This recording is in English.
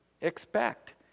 expect